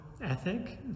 ethic